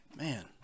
Man